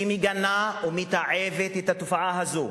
שמגנה ומתעבת את התופעה הזאת,